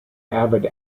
avid